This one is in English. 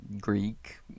Greek